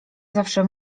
zawsze